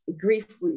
grief